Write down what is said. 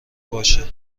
باشه